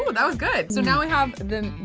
but that was good. so now i have the,